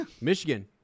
Michigan